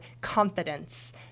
confidence